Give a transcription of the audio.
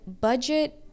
budget